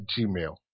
gmail